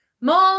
More